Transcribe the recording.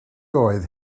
oedd